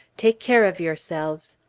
take care of yourselves!